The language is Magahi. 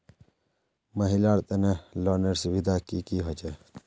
महिलार तने लोनेर सुविधा की की होचे?